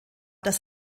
das